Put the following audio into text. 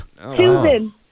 Susan